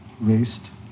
waste